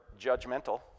judgmental